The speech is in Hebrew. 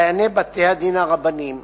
דייני בתי-הדין הרבניים